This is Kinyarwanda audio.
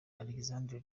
alexandre